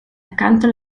accanto